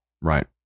Right